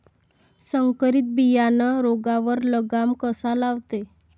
संकरीत बियानं रोगावर लगाम कसा लावते?